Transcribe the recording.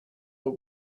the